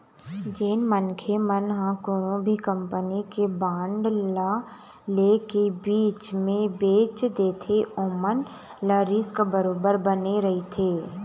जेन मनखे मन ह कोनो भी कंपनी के बांड ल ले के बीच म बेंच देथे ओमन ल रिस्क बरोबर बने रहिथे